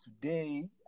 today